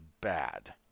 bad